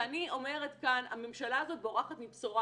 ואני אומרת כאן הממשלה הזאת בורחת מבשורה.